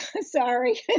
Sorry